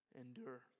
endure